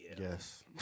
Yes